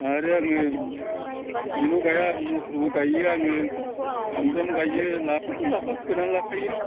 आरो आङो बेल' गाया मथरबो गायो आङो सामब्राम गायो लाफायाथ' लाफा फोनानै लाखायो